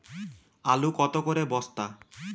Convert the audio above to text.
আলু কত করে বস্তা?